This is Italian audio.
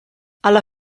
alla